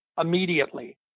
immediately